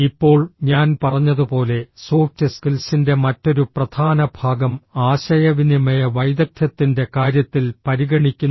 ഇപ്പോൾ ഞാൻ പറഞ്ഞതുപോലെ സോഫ്റ്റ് സ്കിൽസിന്റെ മറ്റൊരു പ്രധാന ഭാഗം ആശയവിനിമയ വൈദഗ്ധ്യത്തിന്റെ കാര്യത്തിൽ പരിഗണിക്കുന്നു